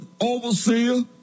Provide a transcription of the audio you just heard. Overseer